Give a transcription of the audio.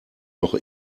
noch